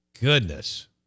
goodness